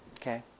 Okay